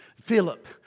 Philip